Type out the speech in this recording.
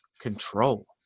control